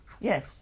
Yes